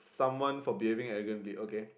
someone for behaving arrogantly okay